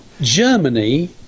Germany